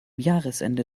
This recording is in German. jahresende